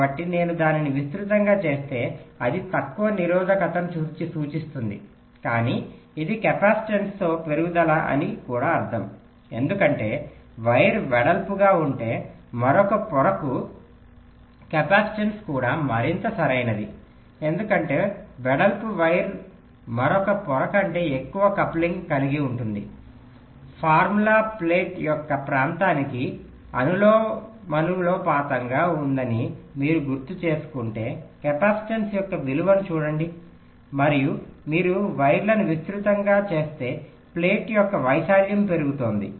కాబట్టి నేను దానిని విస్తృతంగా చేస్తే అది తక్కువ నిరోధకతను సూచిస్తుంది కానీ ఇది కెపాసిటెన్స్లో పెరుగుదల అని కూడా అర్ధం ఎందుకంటే వైర్ వెడల్పుగా ఉంటే మరొక పొరకు కెపాసిటెన్స్ కూడా మరింత సరైనది ఎందుకంటే వెడల్పు వైర్ మరొక పొర కంటే ఎక్కువ కప్లింగ్ కలిగి ఉంటుంది ఫార్ములా ప్లేట్ యొక్క ప్రాంతానికి అనులోమననుపాతంలో ఉందని మీరు గుర్తుచేసుకుంటే కెపాసిటెన్స్ యొక్క విలువను చూడండి మరియు మీరు వైర్లను విస్తృతంగా చేస్తే ప్లేట్ యొక్క వైశాల్యం పెరుగుతోంది